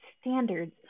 standards